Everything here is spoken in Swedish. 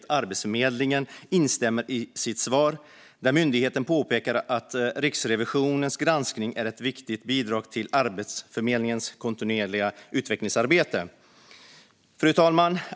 Arbetsförmedlingen instämmer i detta i sitt svar, där myndigheten påpekar att Riksrevisionens granskning är ett viktigt bidrag till Arbetsförmedlingens kontinuerliga utvecklingsarbete. Fru talman!